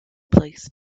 place